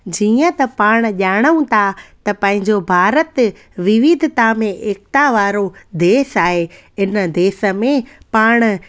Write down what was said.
जीअं त पाण ॼाणूं था पंहिंजो त पंहिंजो भारत विविधता में एकता वारो देशु आहे इन देश में पाण